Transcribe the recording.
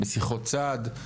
בשיחות צד.